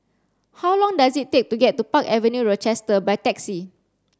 how long does it take to get to Park Avenue Rochester by taxi